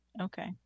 okay